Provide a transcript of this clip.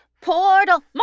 Portal